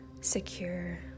secure